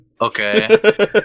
okay